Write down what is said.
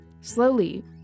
Slowly